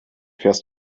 fährst